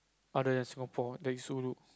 other than Singapore